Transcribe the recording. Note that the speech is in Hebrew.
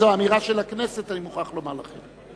זאת אמירה של הכנסת, אני מוכרח לומר לכם.